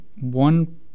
One